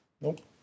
Nope